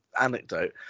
anecdote